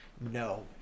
no